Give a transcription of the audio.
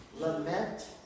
lament